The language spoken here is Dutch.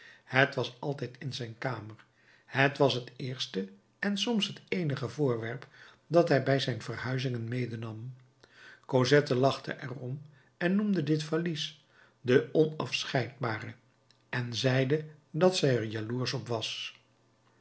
het was altijd in zijn kamer het was het eerste en soms het eenige voorwerp dat hij bij zijn verhuizingen medenam cosette lachte er om en noemde dit valies de onafscheidbare en zeide dat zij er jaloersch op was